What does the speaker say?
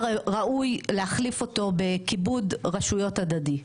ראוי להחליף אותו בכיבוד רשויות הדדי.